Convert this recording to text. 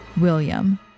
William